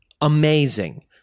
amazing